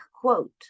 quote